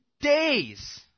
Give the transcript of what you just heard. days